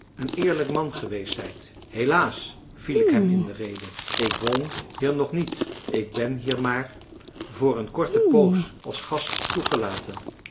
een eerlijk man geweest zijt helaas viel ik hem in de rede ik woon hier nog niet ik ben hier maar voor een korte poos als gast toegelaten